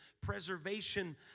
preservation